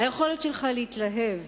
היכולת שלך להתלהב,